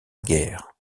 guère